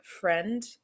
friend